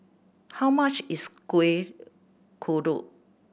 how much is Kuih Kodok